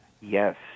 Yes